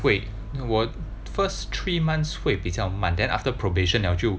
wait 我 first three months 会比较慢 then after probation liao 就